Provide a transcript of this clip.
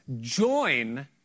join